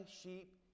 sheep